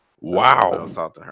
Wow